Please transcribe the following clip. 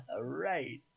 Right